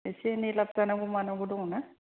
एसे एनै लाभ जानांगौ मानांगौ दङ ना